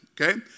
Okay